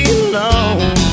alone